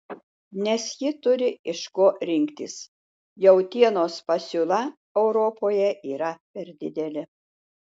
nes ji turi iš ko rinktis jautienos pasiūla europoje yra per didelė